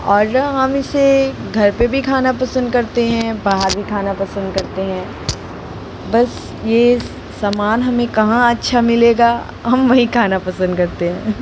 और ना हम इसे घर पे भी खाना पसंद करते हैं बाहर भी खाना पसंद करते हैं बस ये सामान हमें कहाँ अच्छा मिलेगा हम वहीं खाना पसंद करते हैं